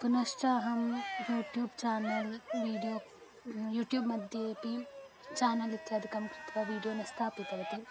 पुनश्च अहं YouTube channel video YouTube मध्येऽपि चानल् इत्यादिकं कृत्वा विड्यो न स्थापितवती